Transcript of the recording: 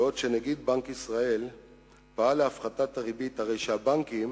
בעוד נגיד בנק ישראל פעל להפחתת הריבית, הבנקים